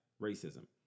racism